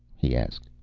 he asked.